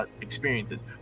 experiences